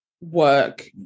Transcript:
work